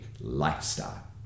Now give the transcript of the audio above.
lifestyle